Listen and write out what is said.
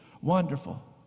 wonderful